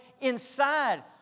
inside